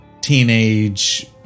teenage